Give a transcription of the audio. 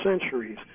centuries